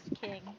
King